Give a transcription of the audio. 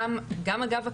אגב,